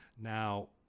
Now